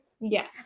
yes